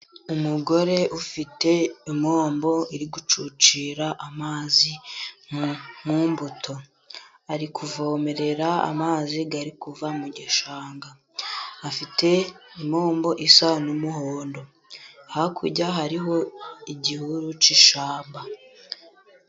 Umugore ufite impombo iri gucucira amazi mu mbuto, ari kuvomerera amazi ari kuva mu gishanga, afite impombo isa n'umuhondo, hakurya hariho igihuru cy'ishyamba.